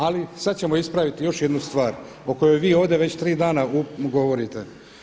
Ali sada ćemo ispraviti još jednu stvar o kojoj vi ovdje već 3 dana govorite.